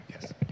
yes